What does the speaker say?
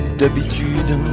d'habitude